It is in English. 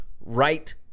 right